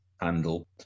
handle